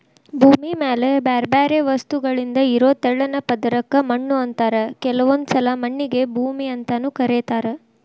ಭೂಮಿ ಮ್ಯಾಲೆ ಬ್ಯಾರ್ಬ್ಯಾರೇ ವಸ್ತುಗಳಿಂದ ಇರೋ ತೆಳ್ಳನ ಪದರಕ್ಕ ಮಣ್ಣು ಅಂತಾರ ಕೆಲವೊಂದ್ಸಲ ಮಣ್ಣಿಗೆ ಭೂಮಿ ಅಂತಾನೂ ಕರೇತಾರ